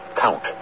Count